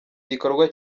gikorwa